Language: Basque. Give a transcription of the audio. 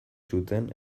zuten